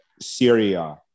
Syria